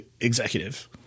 executive